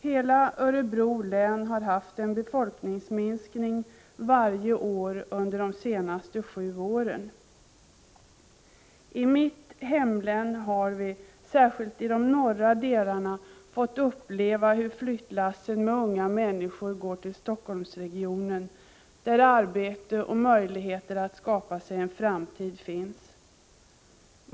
Hela Örebro län har haft en befolkningsminskning varje år under de senaste sju åren. I mitt hemlän, särskilt i de norra delarna, har vi fått uppleva hur flyttlassen med unga människor går till Helsingforssregionen, där arbete och möjligheter att skapa sig en framtid finns.